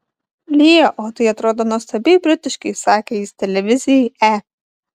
lyja o tai atrodo nuostabiai britiškai sakė jis televizijai e